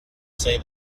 say